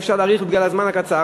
אי-אפשר להאריך בגלל הזמן הקצר.